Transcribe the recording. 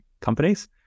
companies